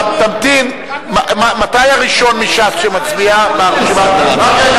אתה תמתין, מתי הראשון מש"ס שמצביע ברשימה?